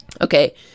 Okay